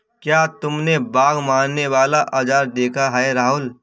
क्या तुमने बाघ मारने वाला औजार देखा है राहुल?